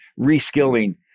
reskilling